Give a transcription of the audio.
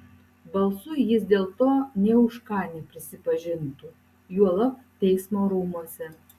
balsu jis dėl to nė už ką neprisipažintų juolab teismo rūmuose